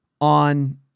on